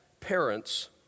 parents